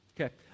Okay